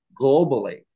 globally